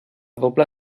doble